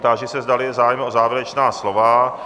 Táži se, zdali je zájem o závěrečná slova.